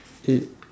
eight